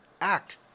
act